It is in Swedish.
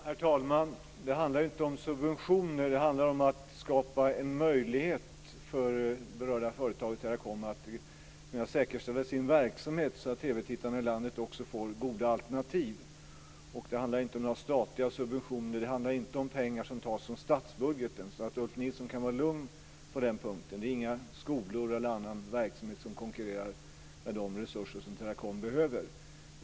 Herr talman! Det handlar inte om subventioner. Det handlar om att skapa en möjlighet för det berörda företaget Teracom att säkerställa sin verksamhet så att TV-tittarna i landet får goda alternativ. Det handlar inte om några statliga subventioner. Det handlar inte om pengar som tas från statsbudgeten. Ulf Nilsson kan vara lugn på den punkten. Det är inga skolor eller annan verksamhet som konkurrerar med de resurser som Teracom behöver.